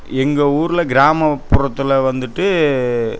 எங்கள் ஊரில் கிராமப்புறத்தில் வந்துவிட்டு